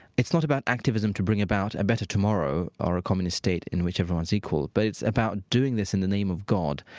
it's not about activism to bring about a better tomorrow or a communist state in which everyone's equal, but it's about doing this in the name of god.